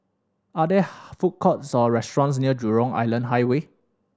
are there food courts or restaurants near Jurong Island Highway